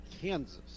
Kansas